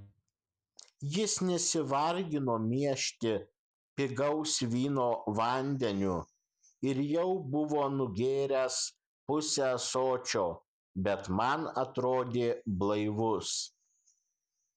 jis nesivargino miešti pigaus vyno vandeniu ir jau buvo nugėręs pusę ąsočio bet man atrodė blaivus